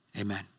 Amen